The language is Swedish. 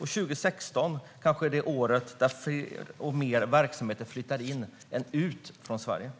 År 2016 blir kanske det år då fler verksamheter flyttar in i än ut från Sverige.